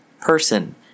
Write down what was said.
person